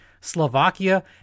Slovakia